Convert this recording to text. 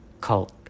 cult